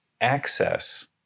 access